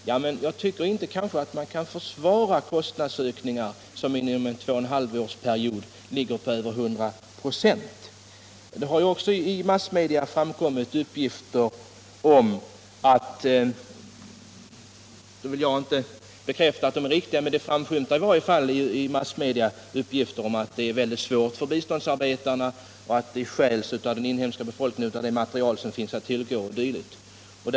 Jag tycker inte att man kan försvara kostnadsökningar som inom en period på två och ett halvt år ligger på över 100 96. Det har i massmedia framkommit uppgifter —- vilkas riktighet jag inte vill bekräfta — om att det är mycket svårt för biståndsarbetarna, att den inhemska befolkningen stjäl av det material som finns att tillgå o. d.